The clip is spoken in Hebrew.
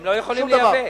הם לא יכולים לייבא.